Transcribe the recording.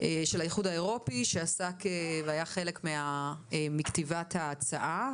של האיחוד האירופאי שעסק והיה חלק מכתיבת ההצעה,